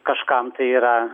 kažkam tai yra